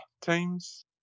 teams